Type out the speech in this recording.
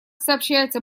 сообщается